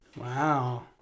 Wow